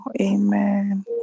Amen